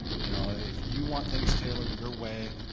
you know? if you want things tailored your way,